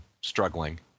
struggling